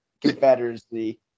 Confederacy